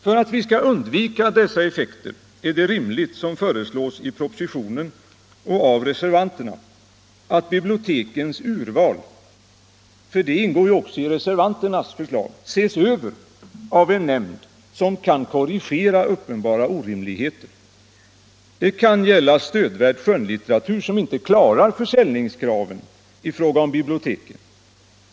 För att vi skall undvika dessa effekter är det rimligt, som föreslås i propositionen och av reservanterna, att bibliotekens urval — för det ingår ju också i reservanternas förslag — ses över av en nämnd som kan korrigera uppenbara orimligheter. Det kan gälla stödvärd skönlitteratur som inte klarar försäljningskraven i fråga om biblioteken.